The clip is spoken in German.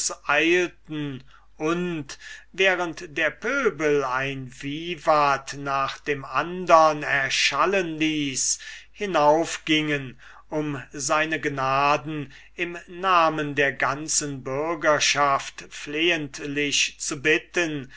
und während der pöbel ein vivat nach dem andern erschallen ließ hinaufgingen um seine gnaden im namen der ganzen bürgerschaft flehentlich zu bitten